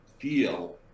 feel